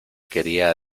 quería